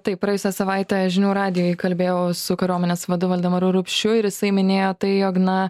taip praėjusią savaitę žinių radijui kalbėjau su kariuomenės vadu valdemaru rupšiu ir jisai minėjo tai jog na